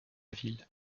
ville